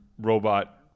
robot